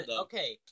Okay